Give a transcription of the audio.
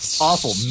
awful